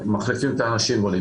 מחליפים את האנשים ועולים.